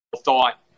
thought